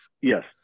yes